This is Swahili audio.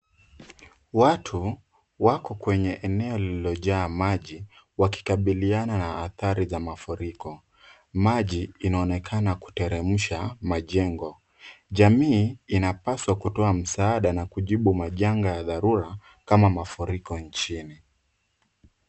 Watu wako kwenye eneo lililojaa maji wakikabiliana na athari ya mafuriko. Maji inaonekana kuteremsha majengo. Jamii inapaswa kutoa msaada na kujibu majanga ya dharura kama mafuriko nchini.